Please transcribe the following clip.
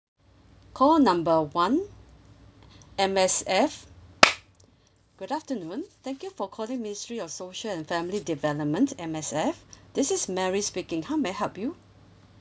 call number one M_S_F good afternoon thank you for calling ministry of social and family development M_S_F this is mary speaking how may I help you